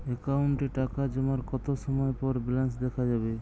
অ্যাকাউন্টে টাকা জমার কতো সময় পর ব্যালেন্স দেখা যাবে?